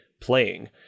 playing